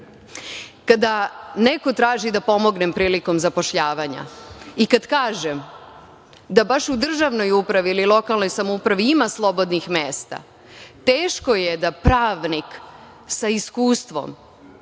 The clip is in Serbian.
neko traži da pomognem prilikom zapošljavanja i kad kažem da baš u državnoj upravi ili lokalnoj samoupravi ima slobodnih mesta, teško je da pravnik sa iskustvom